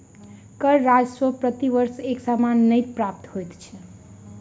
कर राजस्व प्रति वर्ष एक समान नै प्राप्त होइत छै